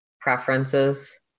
preferences